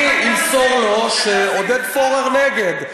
אני אמסור לו שעודד פורר נגד.